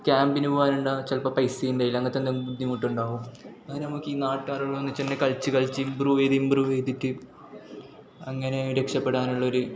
ക്യാമ്പിന് പോകാന്ണ്ട ചിലപ്പോൾ പൈസ ഉണ്ടാവില്ല അങ്ങനത്തെ എന്തെങ്കിലും ബുദ്ധിമുട്ടുണ്ടാവും അങ്ങനെ നമുക്ക് ഈ നാട്ടുകാരുടെ ഒന്നിച്ച് തന്നെ കളിച്ച് കളിച്ച് ഇമ്പ്രൂവ് ചെയ്ത് ഇമ്പ്രൂവ് ചെയ്തിട്ട് അങ്ങനെ രക്ഷപ്പെടാനുള്ളൊരു